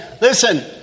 listen